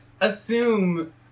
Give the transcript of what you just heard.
assume